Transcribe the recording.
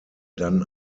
dann